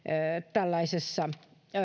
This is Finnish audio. tällaisessa